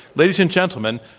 ladies and gentlemen,